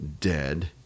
dead